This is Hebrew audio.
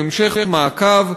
להמשך מעקב,